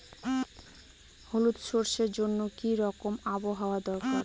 হলুদ সরষে জন্য কি রকম আবহাওয়ার দরকার?